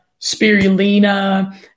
spirulina